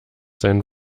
sein